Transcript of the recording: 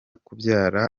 kubyara